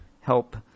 help